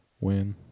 Win